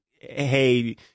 Hey